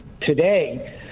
today